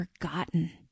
forgotten